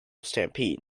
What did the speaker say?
stampede